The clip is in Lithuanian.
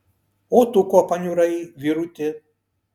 o tu ko paniurai vyruti